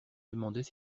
demandais